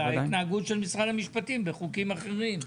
ועל ההתנהגות של משרד המשפטים בחוקים ארחים.